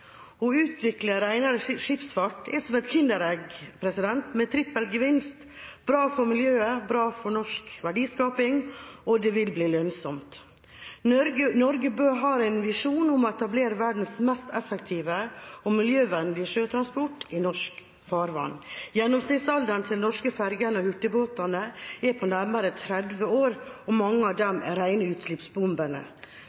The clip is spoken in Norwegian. Å utvikle en renere skipsfart er som et kinderegg med trippelgevinst: Det er bra for miljøet, det er bra for norsk verdiskaping, og det vil bli lønnsomt. Norge bør ha en visjon om å etablere verdens mest effektive og miljøvennlige sjøtransport i norsk farvann. Gjennomsnittsalderen til de norske fergene og hurtigbåtene er på nærmere 30 år, og mange av dem